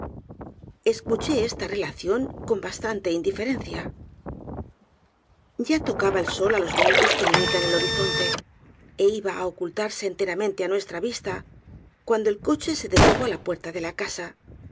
escuché esta relación con bastante indiferencia ya tocaba el sol á los montes que limitan el horizonte éiba á ocultarse enteramente á nuestra vista cuando el coche se detuvo á la puerta de la casa